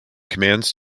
commands